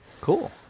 Cool